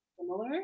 similar